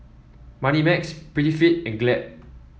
Moneymax Prettyfit and Glad